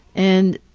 and